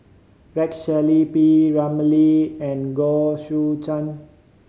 Rex Shelley P Ramlee and Goh Choo San